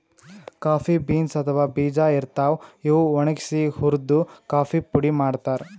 coffee beans ಅಥವಾ ಬೀಜಾ ಇರ್ತಾವ್, ಇವ್ ಒಣಗ್ಸಿ ಹುರ್ದು ಕಾಫಿ ಪುಡಿ ಮಾಡ್ತಾರ್